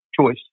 choice